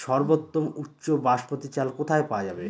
সর্বোওম উচ্চ বাসমতী চাল কোথায় পওয়া যাবে?